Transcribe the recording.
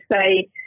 say